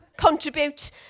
contribute